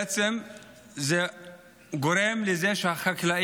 זה בעצם גורם לזה שהחקלאים,